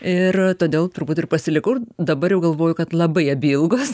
ir todėl turbūt ir pasilikau dabar jau galvoju kad labai abi ilgos